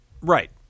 Right